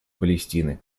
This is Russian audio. палестины